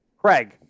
Craig